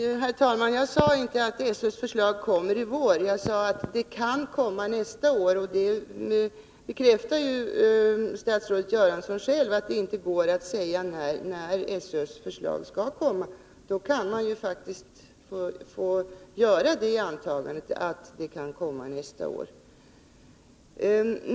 Herr talman! Jag sade inte att skolöverstyrelsens förslag kommer i vår, utan jag sade att det kan komma nästa år. Och statsrådet Göransson bekräftade själv att det inte går att säga när förslaget skall komma. Då kan man väl få göra det antagandet att det kan komma nästa år.